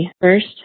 first